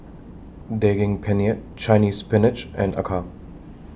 Daging Penyet Chinese Spinach and Acar